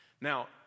now